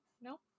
no